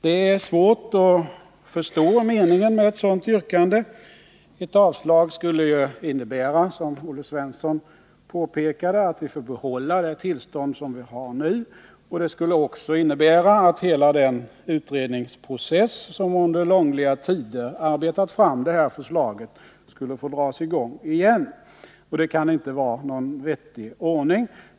Det är svårt att förstå meningen med ett sådant yrkande. Ett avslag skulle ju innebära, som Olle Svensson påpekade, att vi får behålla det tillstånd som vi har nu. Det skulle också innebära att hela den utredningsprocess som under långliga tider arbetat fram det här förslaget skulle få dras i gång igen. Det kan inte vara någon vettig ordning.